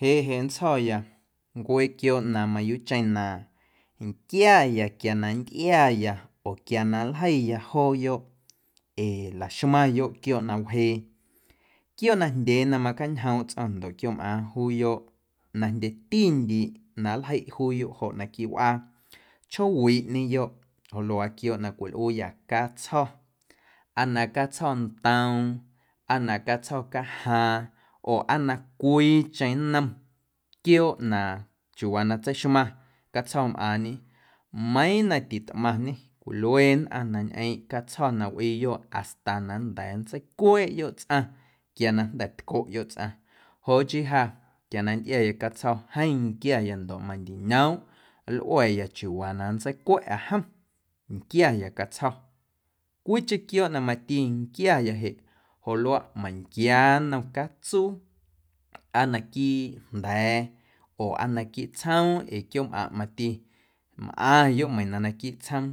Jeꞌ jeꞌ nntsjo̱ya ncuee quiooꞌ na mayuuꞌcheⁿ na nquiaya quia na nntꞌiaya oo quia na nljeiya jooyoꞌ ee laxmaⁿyoꞌ quiooꞌ na wjee quiooꞌ najndyee na macañjoom tsꞌo̱ⁿ ndoꞌ quiooꞌmꞌaaⁿ juuyoꞌ na jndyetindiiꞌ na nljeiꞌ juuyoꞌ joꞌ naquiiꞌ wꞌaa chjoowiꞌñeyoꞌ joꞌ luaa quiooꞌ na cwilꞌuuyâ catsjo̱ aa na catsjo̱ntoom aa na catsjo̱ cajaaⁿ oo aa na cwiicheⁿ nnom quiooꞌ na chiuuwaa na tseixmaⁿ catsjo̱mꞌaaⁿñe meiiⁿ na titꞌmaⁿñe cwilue nnꞌaⁿ na ñꞌeeⁿꞌ catsjo̱ na wꞌiiyoꞌ hasta na nnda̱a̱ na nntseicweeꞌyoꞌ tsꞌaⁿ quia na jnda̱ tcoꞌyoꞌ tsꞌaⁿ joꞌ chii ja quia na nntꞌiaya catsjo̱ jeeⁿ nquiaya ndoꞌ mandiñoomꞌ nlꞌua̱ya chiuuwaa na nntseicwa̱ꞌa jom nquiaya catsjo̱. Cwiicheⁿ quiooꞌ na mati nquiaya jeꞌ joꞌ luaꞌ meiⁿnquia nnom catsuu aa naquiiꞌ jnda̱a̱ oo aa naquiiꞌ tsjoom ee quiooꞌmꞌaⁿꞌ mati mꞌaⁿyoꞌ meiiⁿ na naquiiꞌ tsjoom